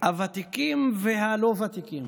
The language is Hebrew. הוותיקים והלא-ותיקים.